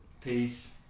Peace